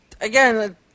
again